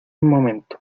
momento